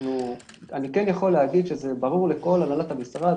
אני כן יכול להגיד שזה ברור לכל הנהלת המשרד